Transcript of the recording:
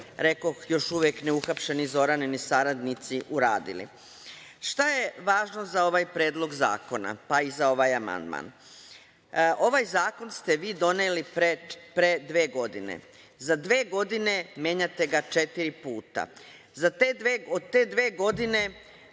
rekoh, još uvek ne uhapšeni Zoranini saradnici uradili. Šta je važno za ovaj predlog zakona, pa i za ovaj amandman? Ovaj zakon ste vi doneli pre dve godine. Za dve godine menjate ga četiri puta. Za te dve godine